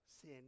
sin